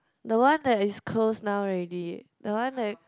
the one that is close now already the one that